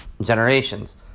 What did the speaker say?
generations